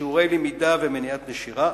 בשיעורי למידה ומניעת נשירה,